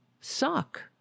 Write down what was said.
suck